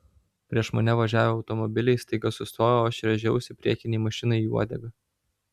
prieš mane važiavę automobiliai staiga sustojo o aš rėžiausi priekinei mašinai į uodegą